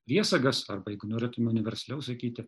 priesagas arba jeigu norėtume universaliau sakyti